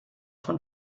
von